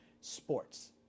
sports